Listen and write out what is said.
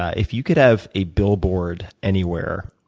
ah if you could have a billboard anywhere,